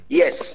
yes